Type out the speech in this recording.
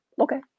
okay